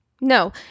No